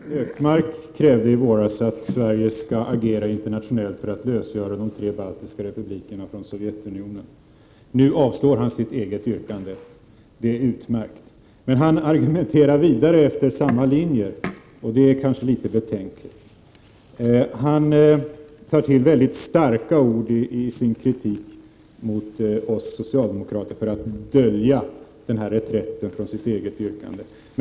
Fru talman! Gunnar Hökmark krävde i våras att Sverige skall agera internationellt för att lösgöra de tre baltiska republikerna från Sovjetunionen. Nu avstyrker han sitt eget yrkande, vilket är utmärkt. Men det är kanske något betänkligt att han argumenterar vidare efter samma linje. Han tar till väldigt starka ord i sin kritik av oss socialdemokrater för att dölja reträtten från sitt eget yrkande.